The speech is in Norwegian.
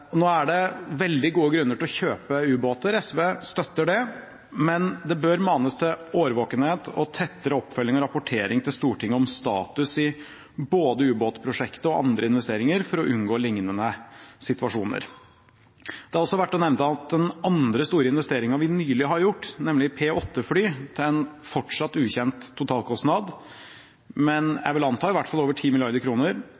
skal. Nå er det veldig gode grunner til å kjøpe ubåter, og SV støtter det, men det bør manes til årvåkenhet og tettere oppfølging og rapportering til Stortinget om status i både ubåtprosjektet og andre investeringer for å unngå lignende situasjoner. Det er også verdt å nevne at den andre store investeringen vi nylig har gjort, nemlig P8-fly – til en fortsatt ukjent totalkostnad, men